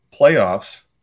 Playoffs